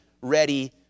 ready